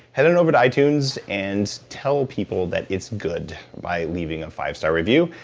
head on over to itunes and tell people that it's good, by leaving a five star review.